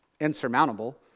insurmountable